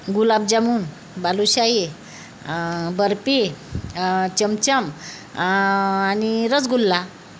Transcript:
गुलाबजामून बालूशाही बर्फी चमचम आणि रसगुल्ला